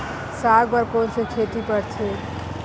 साग बर कोन से खेती परथे?